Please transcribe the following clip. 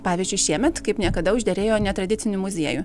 pavyzdžiui šiemet kaip niekada užderėjo netradicinių muziejų